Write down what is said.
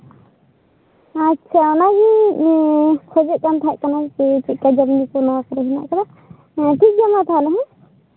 ᱟᱪᱪᱷᱟ ᱚᱱᱟᱜᱤᱧ ᱠᱷᱚᱡᱚᱜ ᱠᱟᱱ ᱛᱟᱦᱮᱱᱟ ᱪᱮᱫ ᱠᱚ ᱡᱚᱢ ᱧᱩ ᱠᱚ ᱱᱚᱣᱟ ᱠᱚᱨᱮᱜ ᱢᱮᱱᱟᱜ ᱠᱟᱫᱟ ᱴᱷᱤᱠ ᱜᱮᱭᱟ ᱢᱟ ᱛᱟᱦᱞᱮ